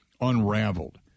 unraveled